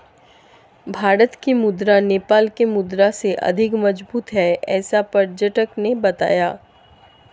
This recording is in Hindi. भारत की मुद्रा नेपाल के मुद्रा से अधिक मजबूत है ऐसा पर्यटक ने बताया